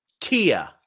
Kia